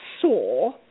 saw